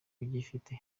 bagifite